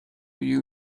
you